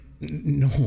no